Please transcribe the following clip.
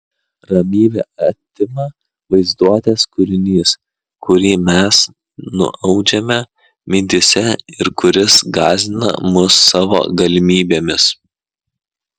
ramybę atima vaizduotės kūrinys kurį mes nuaudžiame mintyse ir kuris gąsdina mus savo galimybėmis